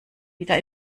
wieder